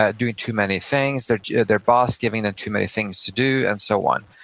ah doing too many things, their their boss giving them too many things to do, and so on.